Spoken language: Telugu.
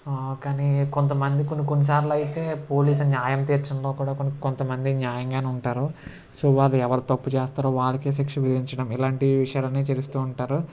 కానీ కొంత మంది కొన్ని కొన్నిసార్లు అయితే పోలీసులు న్యాయం తీర్చంలో కూడా కొన్ని కొంత మంది న్యాయంగానే ఉంటారు సో వాళ్ళెవరు తప్పు చేస్తారో వారికే శిక్ష విధించడం ఇలాంటి విషయాలన్నీ చేస్తూ ఉంటారు